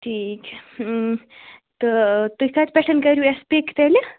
ٹھیٖک تہٕ تُہۍ کَتہِ پیٚٹھٕ کٔرِِو اسہِ پِک تیٚلہِ